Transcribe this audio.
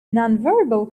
nonverbal